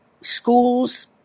schools